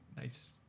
nice